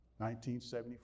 1974